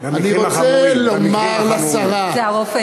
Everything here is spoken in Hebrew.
אני רוצה לומר לשרה, זה הרופא.